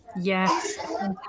Yes